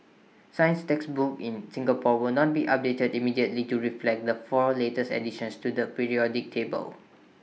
science textbooks in Singapore will not be updated immediately to reflect the four latest additions to the periodic table